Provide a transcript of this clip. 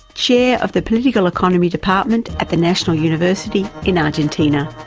chair of the political economy department at the national university in argentina.